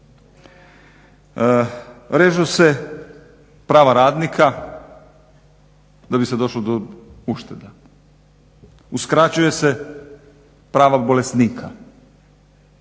Režu se prava radnika da bi se došlo do uštede, uskraćuje se prava bolesnika.